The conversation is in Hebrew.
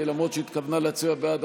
למרות שהתכוונה להצביע בעד,